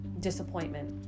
disappointment